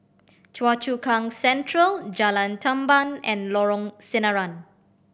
Choa Chu Kang Central Jalan Tamban and Lorong Sinaran